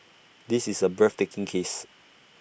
this is A breathtaking case